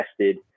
tested